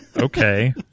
okay